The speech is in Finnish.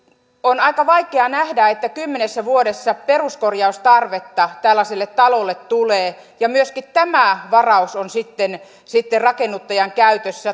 on aika vaikea nähdä että kymmenessä vuodessa peruskorjaustarvetta tällaiselle talolle tulee ja myöskin tämä varaus on sitten sitten rakennuttajan käytössä